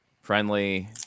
friendly